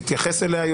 היועץ יתייחס אליה.